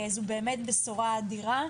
זו באמת בשורה אדירה.